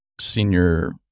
senior